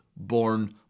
born